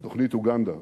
תוכנית אוגנדה,